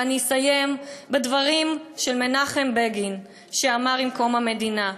ואני אסיים בדברים של מנחם בגין שאמר עם קום המדינה: